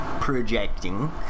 projecting